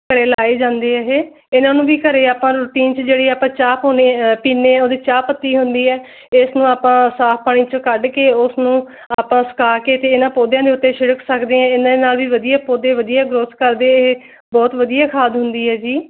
ਘਰੇ ਲਾਏ ਜਾਂਦੇ ਇਹ ਇਹਨਾਂ ਨੂੰ ਵੀ ਘਰੇ ਆਪਾਂ ਰੂਟੀਨ 'ਚ ਜਿਹੜੀ ਆਪਾਂ ਚਾਹ ਪਾਉਂਦੇ ਹਾਂ ਪੀਂਦੇ ਉਹਦੀ ਚਾਹ ਪੱਤੀ ਹੁੰਦੀ ਹੈ ਇਸ ਨੂੰ ਆਪਾਂ ਸਾਫ ਪਾਣੀ 'ਚੋਂ ਕੱਢ ਕੇ ਉਸ ਨੂੰ ਆਪਾਂ ਸੁਕਾ ਕੇ ਅਤੇ ਇਹਨਾਂ ਪੌਦਿਆਂ ਦੇ ਉੱਤੇ ਛਿੜਕ ਸਕਦੇ ਹਾਂ ਇਹਨਾਂ ਦੇ ਨਾਲ ਵੀ ਵਧੀਆ ਪੌਦੇ ਵਧੀਆ ਗ੍ਰੋਥ ਕਰਦੇ ਇਹ ਬਹੁਤ ਵਧੀਆ ਖਾਦ ਹੁੰਦੀ ਹੈ ਜੀ